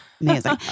amazing